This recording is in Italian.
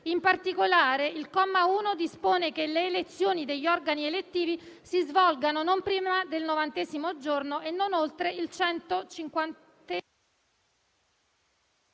In particolare, il comma 1 dispone che le elezioni degli organi elettivi si svolgano non prima del novantesimo giorno e non oltre il centocinquantesimo